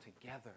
together